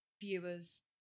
viewers